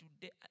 today